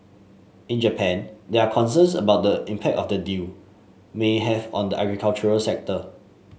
in Japan there are concerns about the impact of the deal may have on the agriculture sector